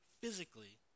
physically